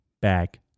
back